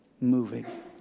moving